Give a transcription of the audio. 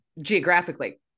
geographically